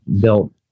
built